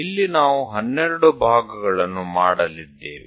ಇಲ್ಲಿ ನಾವು 12 ಭಾಗಗಳನ್ನು ಮಾಡಲಿದ್ದೇವೆ